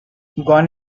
gone